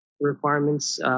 requirements